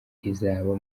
rizaba